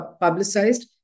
publicized